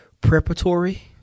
preparatory